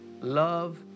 love